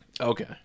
Okay